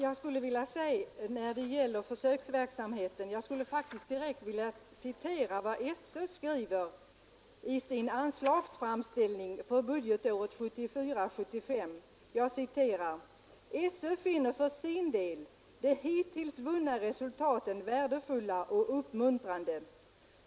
Fru talman! När det gäller försöksverksamheten med undervisning för psykiskt utvecklingsstörda vill jag citera vad SÖ skriver i sin anslagsframställning för budgetåret 1974/75: ”SÖ finner för sin del de hittills vunna resultaten värdefulla och uppmuntrande.